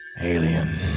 Alien